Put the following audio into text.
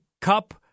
Cup